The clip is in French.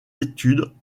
études